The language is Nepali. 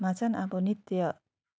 मा चाहिँ अब नृत्य